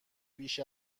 بیش